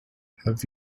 have